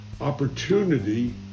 opportunity